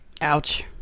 Ouch